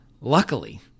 Luckily